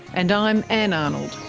and i'm ann arnold.